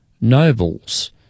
nobles